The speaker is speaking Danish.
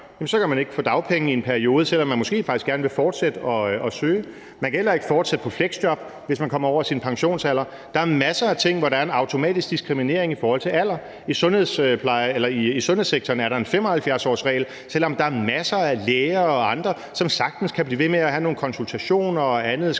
ikke kan få dagpenge i en periode, selv om man måske faktisk gerne vil fortsætte med at søge. Man kan heller ikke fortsætte på fleksjob, hvis man kommer over sin pensionsalder. Der er masser af ting, hvor der en automatisk diskriminering i forhold til alder. I sundhedssektoren er der en 75-årsregel, selv om der er masser af læger og andre, som sagtens kan blive ved med at have nogle konsultationer, skrive